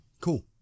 Cool